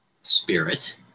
Spirit